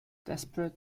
desperate